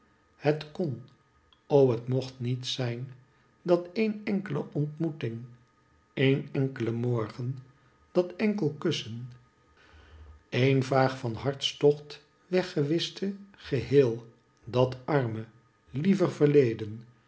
het kon o het mdcht niet zijn dat een enkele ontmoeting een enkele morgen dat enkele kussen een vaag van hartstocht wegwischte geheel dat arme lieve verleden